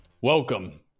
welcome